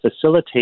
facilitate